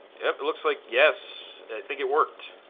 it it looks like yes, i think it worked.